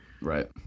Right